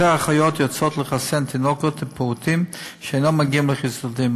יותר אחיות יוצאות לחסן תינוקות ופעוטות שאינם מגיעים לחיסונים,